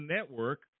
Network